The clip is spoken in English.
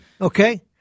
Okay